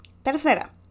Tercera